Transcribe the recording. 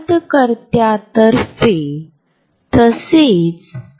होय मला माझा कोट घेऊ दे